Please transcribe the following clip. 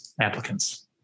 applicants